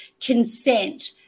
consent